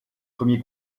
premier